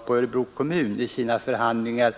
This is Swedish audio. på Örebro kommun om kommunalt bidrag.